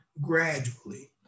gradually